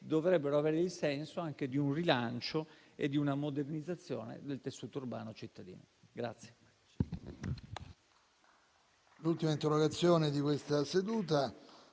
dovrebbero avere il senso anche di un rilancio e di una modernizzazione del tessuto urbano e cittadino.